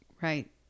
Right